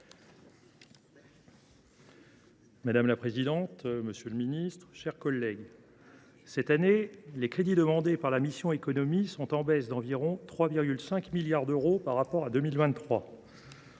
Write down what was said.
Madame la présidente, monsieur le ministre, mes chers collègues, cette année, les crédits demandés pour la mission « Économie » sont en baisse d’environ 3,5 milliards d’euros par rapport à 2023.